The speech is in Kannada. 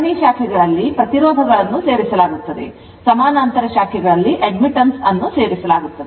ಸರಣಿ ಶಾಖೆಗಳಲ್ಲಿ ಪ್ರತಿರೋಧಗಳನ್ನು ಸೇರಿಸಲಾಗುತ್ತದೆ ಮತ್ತು ಸಮಾನಾಂತರ ಶಾಖೆಗಳಲ್ಲಿ admittance ಅನ್ನು ಸೇರಿಸಲಾಗುತ್ತದೆ